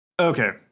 Okay